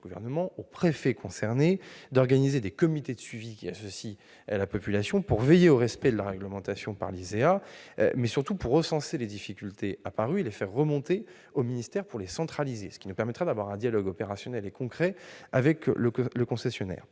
a demandé aux préfets concernés d'organiser des comités de suivi, qui associent la population, pour veiller au respect de la réglementation par LISEA, mais surtout pour recenser les difficultés apparues et les faire remonter au ministère, ce qui nous permettra d'avoir un dialogue opérationnel et concret avec le concessionnaire.